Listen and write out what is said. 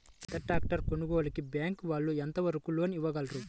పెద్ద ట్రాక్టర్ కొనుగోలుకి బ్యాంకు వాళ్ళు ఎంత వరకు లోన్ ఇవ్వగలరు?